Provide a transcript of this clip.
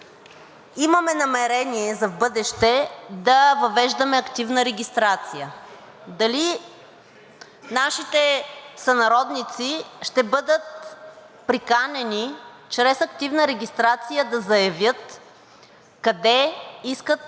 имаме намерение за в бъдеще да въвеждаме активна регистрация? Дали нашите сънародници ще бъдат приканени чрез активна регистрация да заявят къде искат